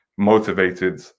motivated